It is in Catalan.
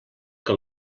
que